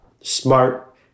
smart